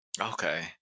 Okay